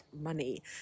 money